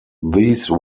these